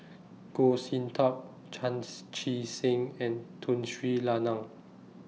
Goh Sin Tub Chan Chee Seng and Tun Sri Lanang